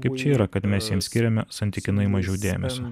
kaip čia yra kad mes jiem skiriame santykinai mažiau dėmesio